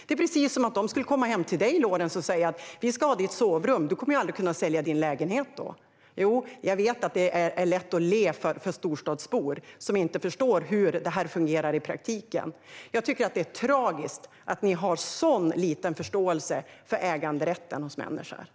Det är precis som att de skulle komma hem till dig, Lorentz, och säga att de ska ha ditt sovrum. Du kommer ju aldrig att kunna sälja din lägenhet då. Jag vet att det är lätt för storstadsbor som inte förstår hur det här fungerar i praktiken att le. Jag tycker att det är tragiskt att ni har så liten förståelse för människors äganderätt.